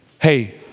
Hey